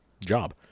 job